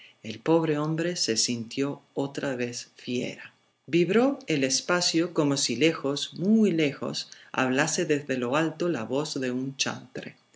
el pobre hombre se sintió otra vez fiera vibró el espacio como si lejos muy lejos hablase desde lo alto la voz de un